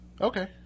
Okay